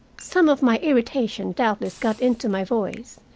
some of my irritation doubtless got into my voice,